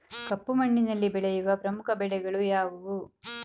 ಕಪ್ಪು ಮಣ್ಣಿನಲ್ಲಿ ಬೆಳೆಯುವ ಪ್ರಮುಖ ಬೆಳೆಗಳು ಯಾವುವು?